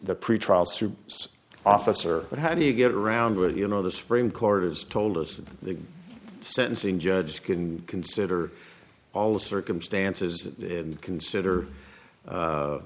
the pretrial through officer but how do you get around with you know the supreme court has told us that the sentencing judge can consider all the circumstances to consider